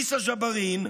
עיסא ג'בארין,